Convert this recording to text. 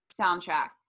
soundtrack